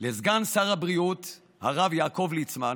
לסגן שר הבריאות הרב יעקב ליצמן,